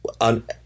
on